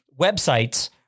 websites